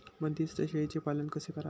बंदिस्त शेळीचे पालन कसे करावे?